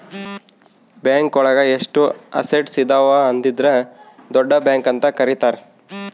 bank ಒಳಗ ಎಷ್ಟು assets ಇದಾವ ಅದ್ರಿಂದ ದೊಡ್ಡ ಬ್ಯಾಂಕ್ ಅಂತ ಕರೀತಾರೆ